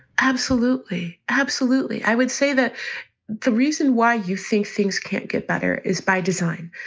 absolutely. absolutely. i would say that the reason why you think things can't get better is by design,